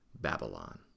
Babylon